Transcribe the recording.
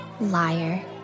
Liar